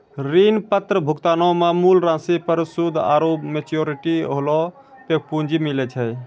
ऋण पत्र भुगतानो मे मूल राशि पर सूद आरु मेच्योरिटी होला पे पूंजी मिलै छै